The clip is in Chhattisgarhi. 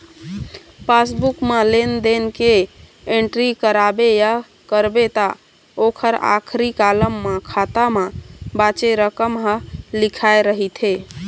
पासबूक म लेन देन के एंटरी कराबे या करबे त ओखर आखरी कालम म खाता म बाचे रकम ह लिखाए रहिथे